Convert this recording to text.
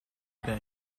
that